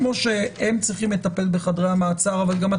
הפרקטיקה גוברת על הכול ובמקרים האלה עו"דים